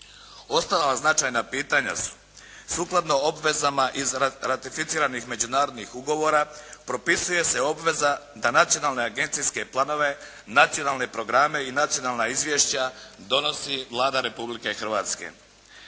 Ostala značajna pitanja su: Sukladno obvezama iz ratificiranih međunarodnih ugovora propisuje se obveza da nacionalne agencijske planove, nacionalne programe i nacionalna izvješća donosi Vlada Republike Hrvatske.